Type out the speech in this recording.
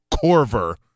Corver